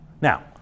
Now